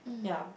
ya